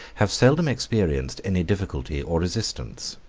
have seldom experienced any difficulty or resistance.